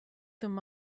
them